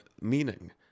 meaning